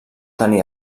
tenir